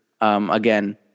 again